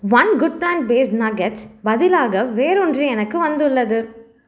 one good plant based nuggets பதிலாக வேறொன்று எனக்கு வந்துள்ளது